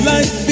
Life